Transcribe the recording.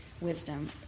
wisdom